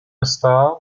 star